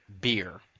beer